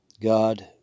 God